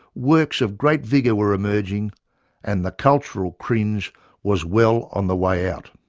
works of great vigour were emerging and the cultural cringe was well on the way out.